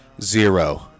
Zero